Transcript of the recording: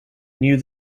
knew